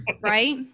right